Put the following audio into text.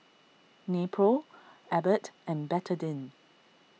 Nepro Abbott and Betadine